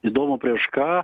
įdomu prieš ką